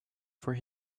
for